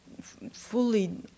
fully